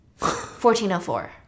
1404